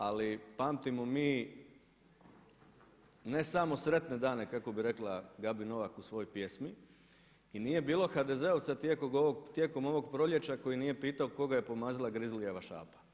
Ali pamtimo mi ne samo sretne dane kako bi rekla Gabi Novak u svojoj pjesmi i nije bilo HDZ-ovca tijekom ovog proljeća koji nije pitao koga je pomazila Grizlijeva šapa.